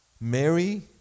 Mary